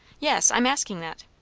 yes, i'm asking that.